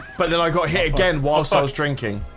but then i got hit again whilst i was drinking